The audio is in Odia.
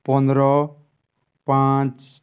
ପନ୍ଦର ପାଞ୍ଚ